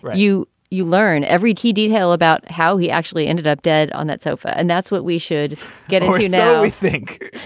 you you learn every key detail about how he actually ended up dead on that sofa. and that's what we should get for you now we think,